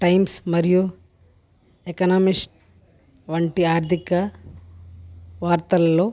times మరియు economics వంటి ఆర్థిక వార్తల్లో